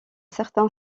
certain